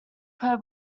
per